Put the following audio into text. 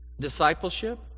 discipleship